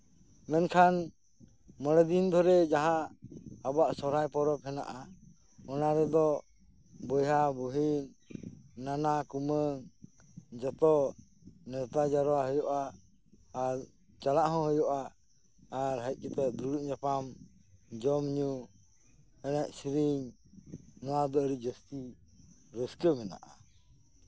ᱢᱮᱱᱠᱷᱟᱱ ᱢᱚᱬᱮᱫᱤᱱ ᱫᱷᱚᱨᱮ ᱡᱟᱸᱦᱟ ᱟᱵᱚᱣᱟᱜ ᱥᱚᱨᱦᱟᱭ ᱯᱚᱨᱚᱵᱽ ᱦᱮᱱᱟᱜᱼᱟ ᱚᱱᱟ ᱨᱮᱫᱚ ᱵᱚᱭᱦᱟ ᱵᱩᱦᱤᱱ ᱱᱟᱱᱟ ᱠᱩᱢᱟᱹᱝ ᱡᱚᱛᱚ ᱱᱮᱣᱛᱟ ᱡᱟᱣᱨᱟ ᱦᱩᱭᱩᱜᱼᱟ ᱟᱨ ᱪᱟᱞᱟᱜ ᱦᱚᱸ ᱦᱩᱭᱩᱜᱼᱟ ᱟᱨ ᱦᱮᱡ ᱠᱟᱛᱮᱫ ᱫᱩᱲᱩᱵ ᱧᱟᱯᱟᱢ ᱡᱚᱢ ᱧᱩ ᱮᱱᱮᱡ ᱥᱮᱨᱮᱧ ᱱᱚᱣᱟ ᱫᱚ ᱟᱹᱰᱤ ᱡᱟᱹᱥᱛᱤ ᱨᱟᱹᱥᱠᱟᱹ ᱢᱮᱱᱟᱜᱼᱟ